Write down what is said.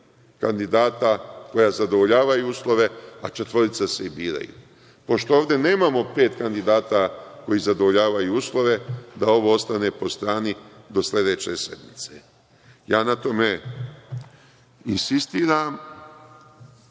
kandidata koja zadovoljavaju uslove, a četvorica se i biraju. Pošto ovde nemamo pet kandidata koji zadovoljavaju uslove, da ovo ostavimo po strani do sledeće sednice. Insistiram